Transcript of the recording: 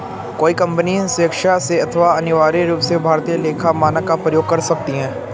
कोई कंपनी स्वेक्षा से अथवा अनिवार्य रूप से भारतीय लेखा मानक का प्रयोग कर सकती है